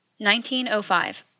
1905